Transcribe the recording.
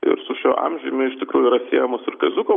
ir su šiuo amžiumi iš tikrųjų yra siejamos ir kaziuko